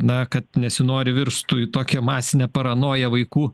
na kad nesinori virstų į tokią masinę paranoją vaikų